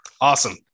awesome